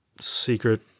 secret